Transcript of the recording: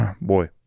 boy